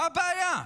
מה הבעיה?